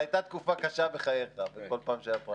זו הייתה תקופה קשה בחייך כל פעם שהיו פריימריז.